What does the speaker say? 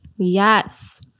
Yes